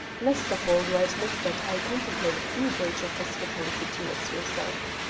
least of all do i admit that i contemplated any breach of hospitality towards yourself.